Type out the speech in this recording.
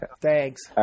Thanks